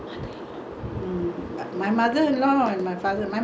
she will stay with my father-in-law but she won't talk so much with my father-in-law